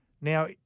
Now